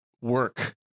work